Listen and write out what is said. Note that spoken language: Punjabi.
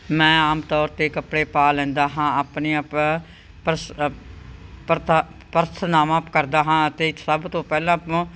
ਮੈਂ ਆਮ ਤੌਰ 'ਤੇ ਕੱਪੜੇ ਪਾ ਲੈਂਦਾ ਹਾਂ ਆਪਣੀਆਂ ਪ ਪਰਸ ਪਰਥਾ ਪ੍ਰਾਰਥਨਾਵਾਂ ਕਰਦਾ ਹਾਂ ਅਤੇ ਸਭ ਤੋਂ ਪਹਿਲਾਂ ਪ